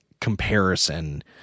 comparison